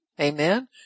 Amen